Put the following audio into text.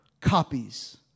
copies